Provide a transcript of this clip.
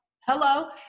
hello